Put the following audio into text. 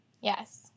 Yes